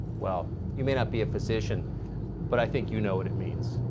well you may not be a physician but i think you know what it means.